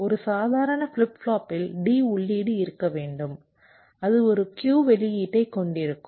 ஒரு சாதாரண ஃபிளிப் ஃப்ளாப்பில் D உள்ளீடு இருக்க வேண்டும் அது ஒரு Q வெளியீட்டைக் கொண்டிருக்கும்